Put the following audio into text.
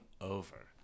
over